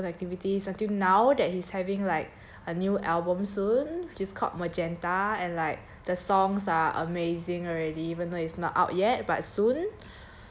he have his own activities until now that he's having like a new album soon just called magenta and like the songs are amazing already even though is not out yet but soon